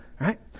right